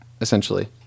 essentially